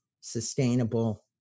sustainable